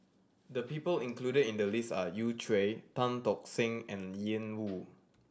the people included in the list are Yu Tan Tock Seng and Ian Woo